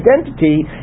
identity